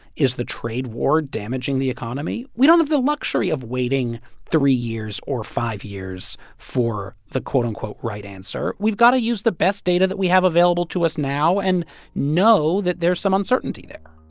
is the trade war damaging the economy? we don't have the luxury of waiting three years or five years for the, quote, unquote, right answer. we've got to use the best data that we have available to us now and know that there's some uncertainty there